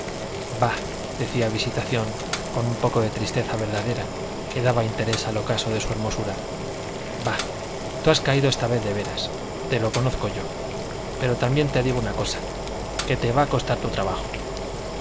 bah decía visitación con un poco de tristeza verdadera que daba interés al ocaso de su hermosura bah tú has caído esta vez de veras te lo conozco yo pero también te digo una cosa que te va a costar tu trabajo